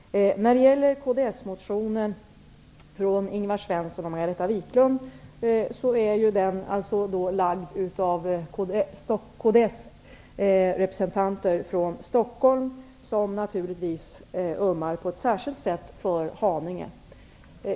Den här motionen är väckt av kdsrepresentanter från Stockholm, nämligen Ingvar Svensson och Margareta Viklund, och de ömmar naturligtvis på ett särskilt sätt för Haninge.